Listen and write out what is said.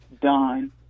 done